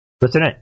Listen